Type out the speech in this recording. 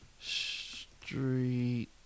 Street